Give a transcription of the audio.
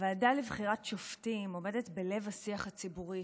הוועדה לבחירת שופטים עומדת בלב השיח הציבורי